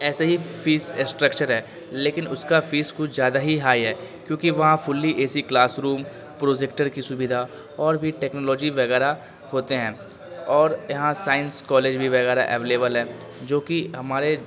ایسے ہی fees structure ہے لیکن اس کا فیس کچھ زیادہ ہی ہائی ہے کیونکہ وہاں fully A C classroom projector کی سویدھا اور بھی ٹیکنالوجی وغیرہ ہوتے ہیں اور یہاں سائنس کالج بھی وغیرہ اویلیبل ہے جو کہ ہمارے